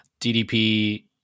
DDP